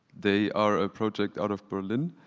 they are a project out of berlin